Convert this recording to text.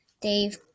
Dave